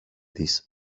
της